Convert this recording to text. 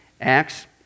Acts